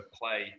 play